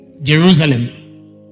Jerusalem